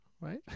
right